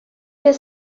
his